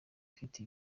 afite